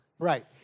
Right